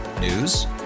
News